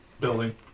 building